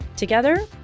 Together